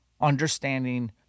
understanding